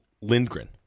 Lindgren